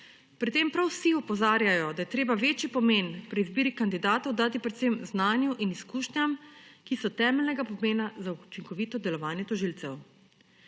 Pri tem prav vsi opozarjajo, da je treba večji pomen pri izbiri kandidatov dati predvsem znanju in izkušnjam, ki so temeljnega pomena za učinkovito delovanje tožilcev.